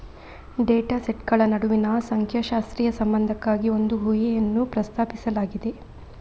data ಸೆಟ್ಗಳ ನಡುವಿನ ಸಂಖ್ಯಾಶಾಸ್ತ್ರೀಯ ಸಂಬಂಧಕ್ಕಾಗಿ ಒಂದು ಊಹೆಯನ್ನು ಪ್ರಸ್ತಾಪಿಸಲಾಗಿದೆ